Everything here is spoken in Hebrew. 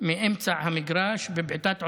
מאמצע המגרש, בבעיטת עונשין,